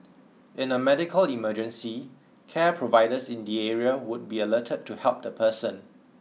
in a medical emergency care providers in the area would be alerted to help the person